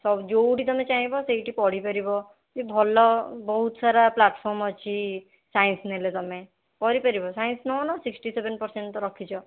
ସବୁ ଯେଉଁଠି ତୁମେ ଚାହିଁବ ସେଇଠି ପଢ଼ିପାରିବ ବି ଭଲ ବହୁତ ସାରା ପ୍ଲାଟ୍ଫର୍ମ୍ ଅଛି ସାଇନ୍ସ ନେଲେ ତୁମେ କରିପାରିବ ସାଇନ୍ସ ନେଉନ ସିକ୍ସଟି ସେଭେନ୍ ପର୍ସେଣ୍ଟ୍ ତ ରଖିଛ